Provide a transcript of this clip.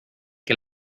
que